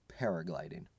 paragliding